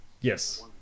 Yes